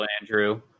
andrew